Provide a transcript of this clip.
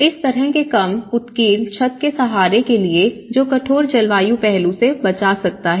इस तरह के कम उत्कीर्ण छत के सहारे के लिए जो कठोर जलवायु पहलू से बचा सकता है